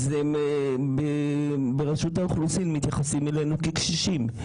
אז ברשות האוכלוסין מתייחסים אלינו כקשישים.